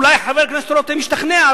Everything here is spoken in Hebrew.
אולי חבר הכנסת רותם ישתכנע.